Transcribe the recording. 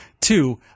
Two